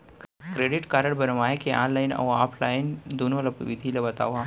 Credit card बनवाए के online अऊ ऑफलाइन दुनो विधि ला बतावव?